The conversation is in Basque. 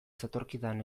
zetorkidan